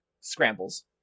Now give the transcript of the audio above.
scrambles